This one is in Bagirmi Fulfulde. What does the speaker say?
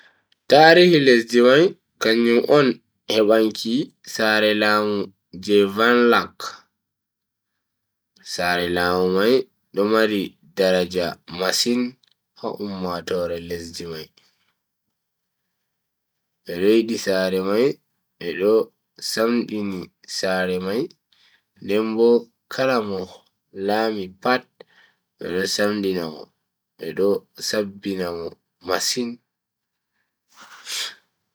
Tarihi lesdi mai kanjum on hebanki sare laamu je van lang. sare laamu mai do mari daraja masin ha ummatoore lesdi mai. bedo yidi sare mai bedo samdini sre mai den Bo kala Mo laami pat bedo samdina mo bedo sabbina mo masi.